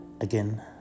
Again